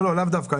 לאו דווקא.